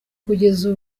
kugeza